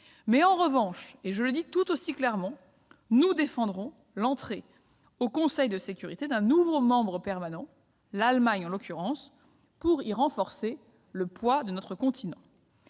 En revanche, et je le dis tout aussi clairement, nous défendrons l'entrée au Conseil de sécurité d'un nouveau membre permanent, en l'occurrence l'Allemagne, pour y renforcer le poids de notre continent.